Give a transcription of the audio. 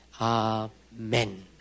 Amen